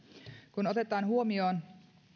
kun otetaan huomioon